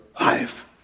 life